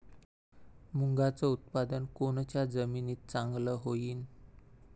मुंगाचं उत्पादन कोनच्या जमीनीत चांगलं होईन?